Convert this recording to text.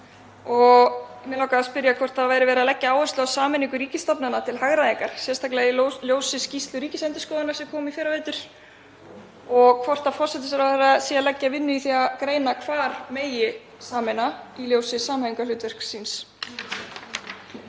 Mig langaði að spyrja hvort verið væri að leggja áherslu á sameiningu ríkisstofnana til hagræðingar, sérstaklega í ljósi skýrslu Ríkisendurskoðunar sem kom í fyrravetur og hvort forsætisráðherra sé að leggja vinnu í það að greina hvar megi sameina í ljósi samhæfingarhlutverks síns.